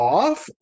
off